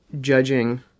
judging